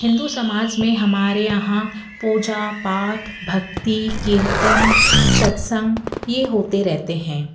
हिन्दू समाज में हमारे यहाँ पूजा पाठ भक्ति कीर्तन सत्संग यह होते रहते हैं